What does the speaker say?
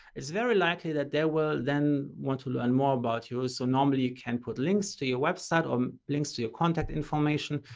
it's very likely that they will then want to learn more about you. so normally you can put links to your website or links to your contact information.